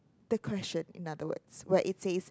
the question in other words where it says